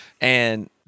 and-